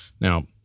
Now